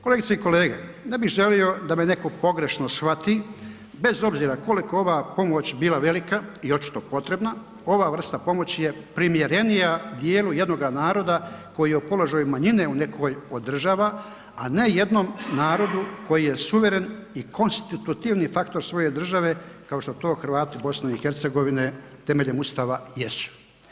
Kolegice i kolege, ne bih želio da me netko pogrešno shvati bez obzira koliko ova pomoć bila velika i očito potrebna ova vrsta pomoći je primjerenija dijelu jednoga naroda koji je u položaju manjine u nekoj od država, a ne jednom narodu koji je suveren i konstitutivni faktor svoje države kao što to Hrvati BiH temeljem ustava jesu.